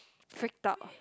freaked out